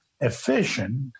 efficient